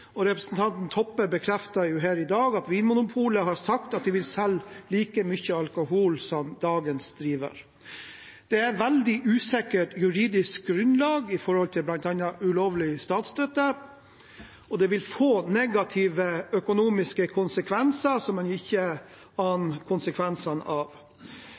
målsetting. Representanten Toppe bekreftet jo her i dag at Vinmonopolet har sagt at de vil selge like mye alkohol som dagens driver. Det er et veldig usikkert juridisk grunnlag med hensyn til bl.a. ulovlig statsstøtte, og det vil få negative økonomiske konsekvenser, som man ikke aner de øvrige konsekvensene av,